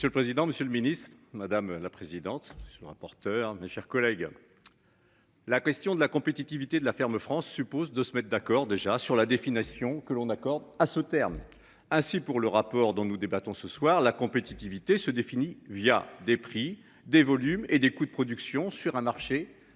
Monsieur le président, Monsieur le Ministre, madame la présidente. Le rapporteur, mes chers collègues. La question de la compétitivité de la ferme France suppose de se mettent d'accord déjà sur la définition que l'on accorde à ce terme. Ainsi, pour le rapport dont nous débattons ce soir la compétitivité se défini via des prix des volumes et des coûts de production sur un marché.